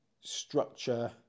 structure